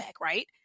right